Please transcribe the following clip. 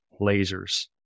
lasers